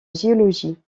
géologie